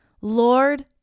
Lord